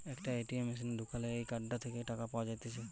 একটা এ.টি.এম মেশিনে ঢুকালে এই কার্ডটা থেকে টাকা পাওয়া যাইতেছে